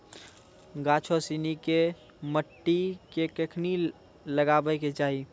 गाछो सिनी के मट्टी मे कखनी लगाबै के चाहि?